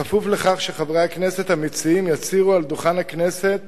כפוף לכך שחברי הכנסת המציעים יצהירו על דוכן הכנסת